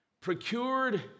procured